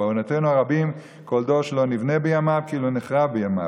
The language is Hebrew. "ובעוונותינו הרבים כל דור שלא נבנה בית המקדש בימיו כאילו נחרב בימיו,